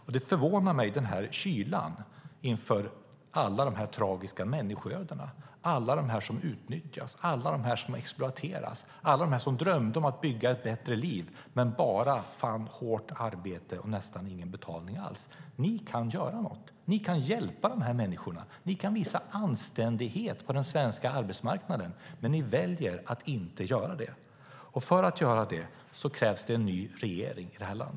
Jag är förvånad över kylan inför alla de här tragiska människoödena, alla som utnyttjas och exploateras, alla som drömde om att bygga ett bättre liv men bara fann hårt arbete och nästan ingen betalning alls. Ni kan göra något. Ni kan hjälpa de här människorna. Ni kan visa anständighet på den svenska arbetsmarknaden, men ni väljer att inte göra det. För det krävs en ny regering.